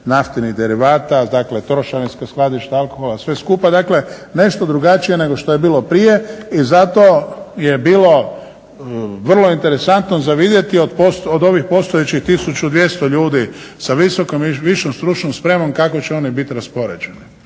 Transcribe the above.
naftinih derivata, dakle trošarinska skladišta alkohola, sve skupa. Dakle, nešto drugačije nego što je bilo prije. I zato je bilo vrlo interesantno za vidjeti od ovih postojećih 1200 ljudi sa visokom i višom stručnom spremom kako će oni bit raspoređeni,